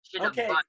Okay